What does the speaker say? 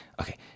okay